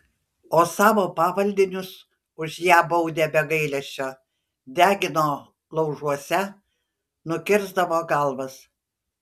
o savo pavaldinius už ją baudė be gailesčio degino laužuose nukirsdavo galvas